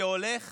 שהולך